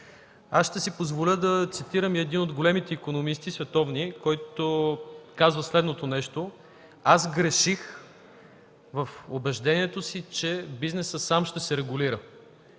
г. Ще си позволя да цитирам и един от големите световни икономисти, който каза следното нещо: „Аз сгреших в убеждението си, че бизнесът сам ще се регулира”.